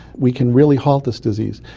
we can really halt this disease.